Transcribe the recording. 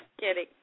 kidding